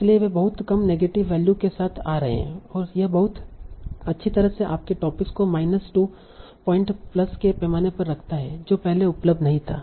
इसलिए वे बहुत कम नेगेटिव वैल्यू के साथ आ रहे हैं और यह बहुत अच्छी तरह से आपके टॉपिक्स को माइनस 2 पॉइंट प्लस के पैमाने पर रखता है जो पहले उपलब्ध नहीं था